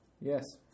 Yes